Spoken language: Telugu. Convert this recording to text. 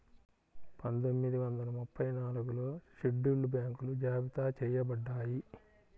పందొమ్మిది వందల ముప్పై నాలుగులో షెడ్యూల్డ్ బ్యాంకులు జాబితా చెయ్యబడ్డాయి